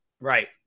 Right